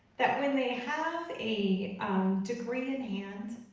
that when they have a degree in hand,